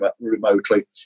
remotely